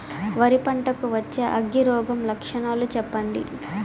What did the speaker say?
వరి పంట కు వచ్చే అగ్గి రోగం లక్షణాలు చెప్పండి?